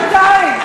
שנתיים.